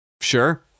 Sure